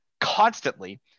constantly